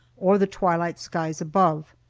or the twilight skies above.